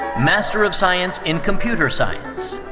master of science in computer science.